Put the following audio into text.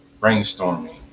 brainstorming